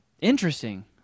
interesting